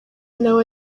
nawe